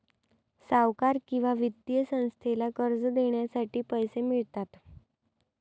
सावकार किंवा वित्तीय संस्थेला कर्ज देण्यासाठी पैसे मिळतात